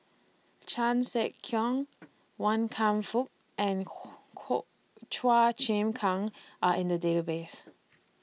Chan Sek Keong Wan Kam Fook and Chua Chim Kang Are in The Database